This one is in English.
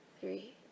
three